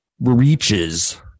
reaches